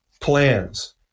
plans